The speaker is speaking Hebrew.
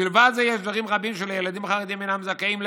מלבד זה יש דברים רבים שילדים חרדים אינם זכאים להם,